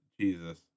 Jesus